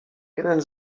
jeden